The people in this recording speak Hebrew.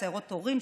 סיירות הורים,